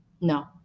No